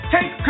Take